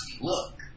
look